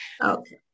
Okay